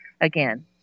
again